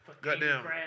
goddamn